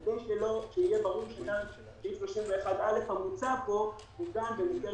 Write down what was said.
כדי שיהיה ברור שגם סעיף 31א המצע פה מוגן בסעיף